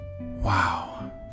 wow